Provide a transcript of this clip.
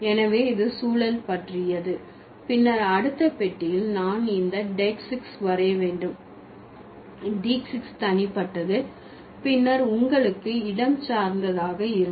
எனவே இது சூழல் பற்றியது பின்னர் அடுத்த பெட்டியில் நான் இந்த டெய்க்சீஸ் வரைய வேண்டும் டெய்க்சீஸ் தனிப்பட்டது பின்னர் உங்களுக்கு இடஞ்சார்ந்ததாக இருக்கும்